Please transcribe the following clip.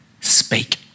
Speak